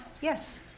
Yes